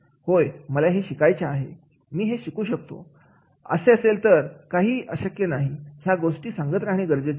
होय मला हे शिकायचे आहे मी हे शिकू शकतो असे असेल तर काहीही अशक्य नाही ह्या गोष्टी सांगत राहणे गरजेचे आहे